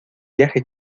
viaje